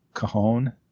Cajon